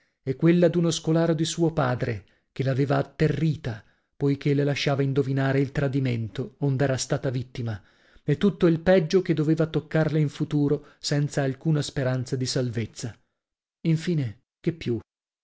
e quella d'uno scolaro di suo padre che l'aveva atterrita poichè le lasciava indovinare il tradimento ond'era stata vittima e tutto il peggio che doveva toccarlo in futuro senza alcuna speranza di salvezza infine che più